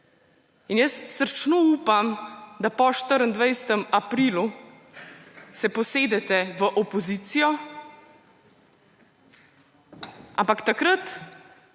Srčno upam, da se po 24. aprilu posedete v opozicijo, ampak takrat